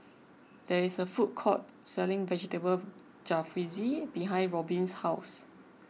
there is a food court selling Vegetable Jalfrezi behind Robyn's house